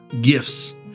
gifts